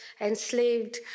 enslaved